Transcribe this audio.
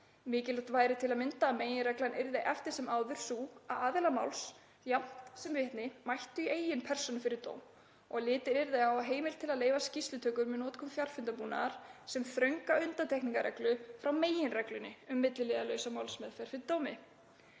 Mikilvægt væri til að mynda að meginreglan yrði eftir sem áður sú að aðilar máls jafnt sem vitni mættu í eigin persónu fyrir dóm og litið yrði á heimild til að leyfa skýrslutökur með notkun fjarfundarbúnaðar sem þrönga undantekningarreglu frá meginreglunni um milliliðalausa málsmeðferð fyrir dómi.